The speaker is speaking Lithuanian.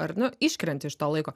ar nu iškrenti iš to laiko